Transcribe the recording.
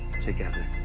together